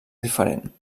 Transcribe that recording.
diferent